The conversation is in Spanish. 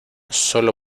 sólo